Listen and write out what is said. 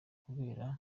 kubera